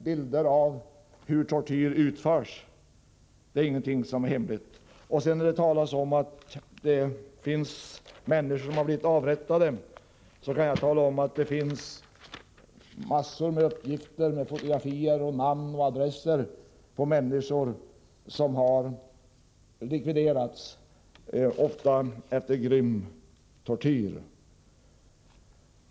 Bilder av hur tortyr utförs är heller ingenting som är hemligt. Det talas om att människor har blivit avrättade. Jag kan tala om att det finns massor med uppgifter, med fotografier, namn och adress, om människor som har likviderats, ofta efter grym tortyr.